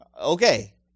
Okay